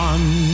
One